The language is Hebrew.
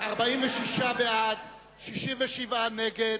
תוסיף עוד כמה.